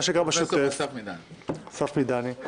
פרופ' אסף מידני,